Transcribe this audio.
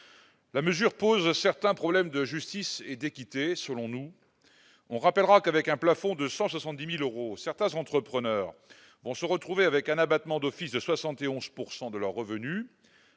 la mesure pose certains problèmes de justice et d'équité, selon nous, on rappellera qu'avec un plafond de 170000 euros, certains entrepreneurs vont se retrouver avec un abattement d'office de 71 pourcent de leurs revenus,